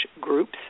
groups